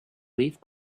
leaf